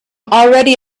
already